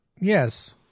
Yes